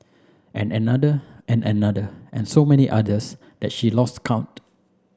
and another and another and so many others at she lost count